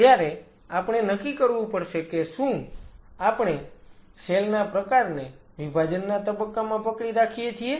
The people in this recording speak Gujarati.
ત્યારે આપણે નક્કી કરવું પડશે કે શું આપણે સેલ ના પ્રકારને વિભાજનના તબક્કામાં પકડી રાખીએ છીએ